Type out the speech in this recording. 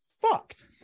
fucked